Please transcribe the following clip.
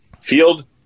field